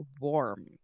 warm